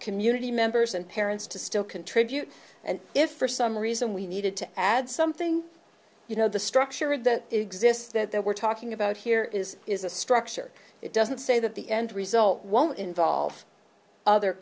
community members and parents to still contribute and if for some reason we needed to add something you know the structure of that exists that we're talking about here is is a structure it doesn't say that the end result won't involve other